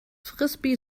frisbee